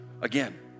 Again